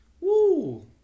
Woo